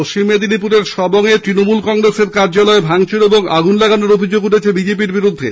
পশ্চিম মেদিনীপুরের সবং এ তৃণমূল কংগ্রেসের কার্যালয় ভাঙচুর ও আগুন লাগানোর অভিযোগ উঠেছে বিজেপি র বিরুদ্ধে